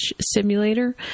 Simulator